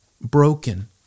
broken